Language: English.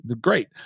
Great